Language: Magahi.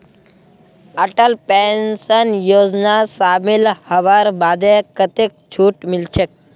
अटल पेंशन योजनात शामिल हबार बादे कतेक छूट मिलछेक